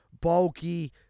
bulky